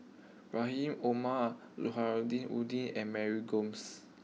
Rahim Omar Nordin and Mary Gomes